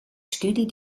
studie